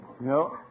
No